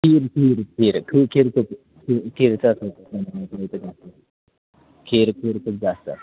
खीर खीर खीर खू खीर खूप खीर खीरचा खीर पुरीचं जास्त